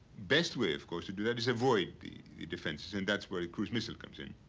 best way, of course, to do that is avoid the the defenses and that's where the cruise missile comes in.